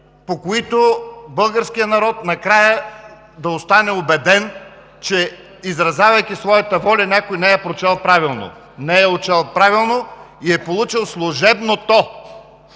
по които българският народ накрая да остане убеден, че, изразявайки своята воля, някой не е прочел правилно, не е отчел правилно, и е получил служебното